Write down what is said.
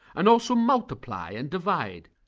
and also multiply and divide.